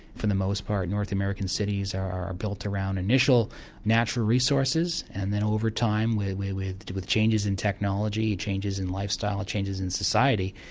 for the most part, north american cities are built around initial natural resources and then over time with with changes in technology, changes in lifestyle, changes in society,